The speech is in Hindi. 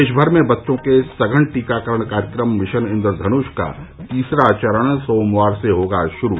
देश भर में बच्चों के सघन टीकाकरण कार्यक्रम मिशन इन्द्रघनुष का तीसरा चरण सोमवार से होगा शुरू